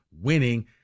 winning